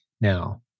now